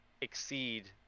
exceed